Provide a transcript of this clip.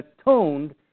atoned